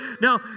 Now